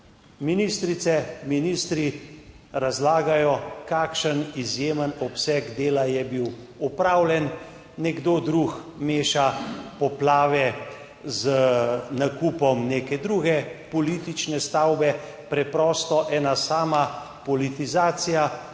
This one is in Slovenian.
Ministrice, ministri razlagajo, kakšen izjemen obseg dela je bil opravljen, nekdo drug meša poplave z nakupom neke druge politične stavbe - preprosto ena sama politizacija.